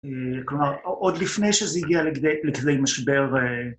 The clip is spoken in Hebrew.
כלומר עוד לפני שזה הגיע לכדי משבר